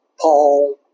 Paul